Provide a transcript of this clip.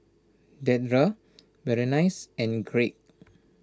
Dedra Berenice and Craig